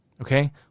okay